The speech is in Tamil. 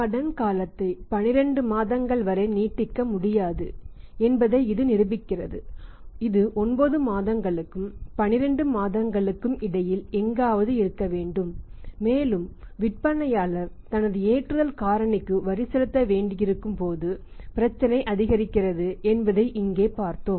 கடன் காலத்தை 12 மாதங்கள் வரை நீட்டிக்க முடியாது என்பதை இது நிரூபிக்கிறது இது 9 மாதங்களுக்கும் 12 மாதங்களுக்கும் இடையில் எங்காவது இருக்க வேண்டும் மேலும் விற்பனையாளர் தனது ஏற்றுதல் காரணிக்கு வரி செலுத்த வேண்டியிருக்கும் போது பிரச்சினை அதிகரிக்கிறது என்பதை இங்கே பார்த்தோம்